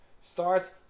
starts